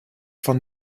von